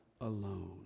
alone